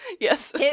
Yes